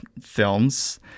films